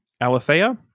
alethea